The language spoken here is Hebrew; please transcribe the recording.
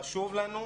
חשוב לנו,